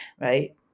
right